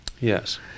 Yes